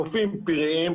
חופים פראיים,